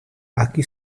aquí